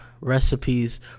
recipes